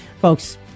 Folks